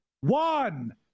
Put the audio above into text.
one